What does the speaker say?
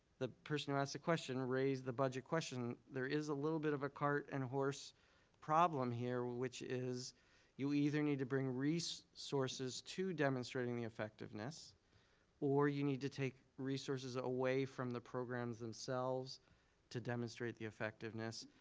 the person who has the question, raised the budget question. there is a little bit of a cart and horse problem here, which is you either need to bring resources to demonstrating the effectiveness or you need to take resources away from the programs themselves to demonstrate the effectiveness,